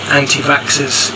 anti-vaxxers